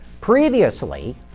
Previously